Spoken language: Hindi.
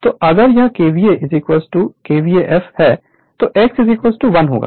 तो अगर यह KVA KVA f1 है तो x 1होगा